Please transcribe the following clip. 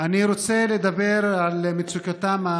אני רוצה לדבר על מצוקתם,